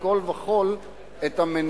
אבל אני דוחה מכול וכול את המניעים,